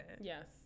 yes